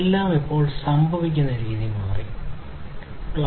എല്ലാം ഇപ്പോൾ സംഭവിക്കുന്ന രീതി മാറ്റി